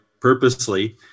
purposely